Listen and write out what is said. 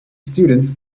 students